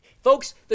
Folks